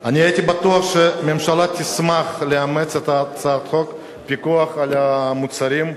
אני הייתי בטוח שהממשלה תשמח לאמץ את הצעת חוק הפיקוח על מחירי המוצרים.